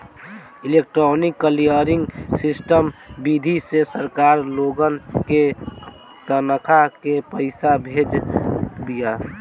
electronic clearing system विधि से सरकार लोगन के तनखा के पईसा भेजत बिया